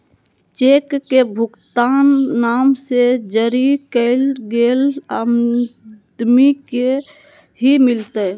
cheque के भुगतान नाम से जरी कैल गेल आदमी के ही मिलते